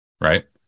right